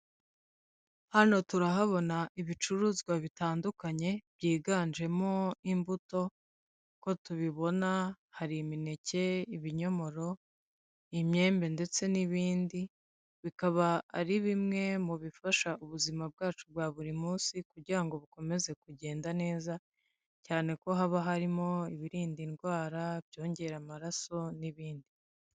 Hano turahabona ibicuruzwa bitandukanye byiganjemo imbuto, uko tubibona hari imineke, ibinyomoro, imyembe ndetse n'ibindi, bikaba ari bimwe mu bifasha ubuzima bwacu bwa buri munsi kugira ngo bukomeze kugenda neza, cyane ko haba harimo ibirinda indwara, ibyongera amaraso n'ibindi.